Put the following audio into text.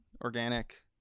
organic